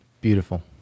Beautiful